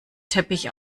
teppich